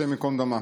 השם ייקום דמה.